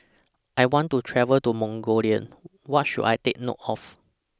I want to travel to Mongolia What should I Take note of